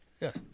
Yes